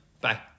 bye